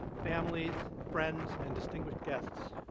families, friends, and distinguished guests.